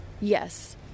yes